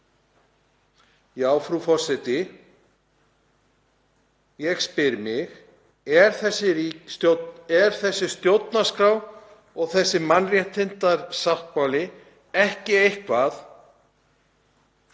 Frú forseti. Ég spyr mig: Er þessi stjórnarskrá og þessi mannréttindasáttmáli ekki eitthvað